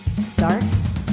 starts